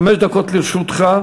חמש דקות לרשותך.